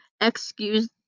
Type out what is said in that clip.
excuse